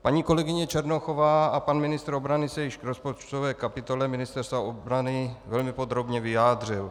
Paní kolegyně Černochová a pan ministr obrany se již k rozpočtové kapitole Ministerstva obrany velmi podrobně vyjádřili.